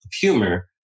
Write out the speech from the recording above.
humor